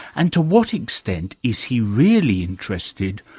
and to what extent is he really interested,